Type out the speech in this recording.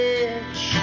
edge